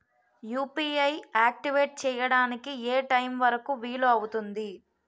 UPI activate చెయ్యడానికి ఏ time వరుకు వీలు అవుతుంది?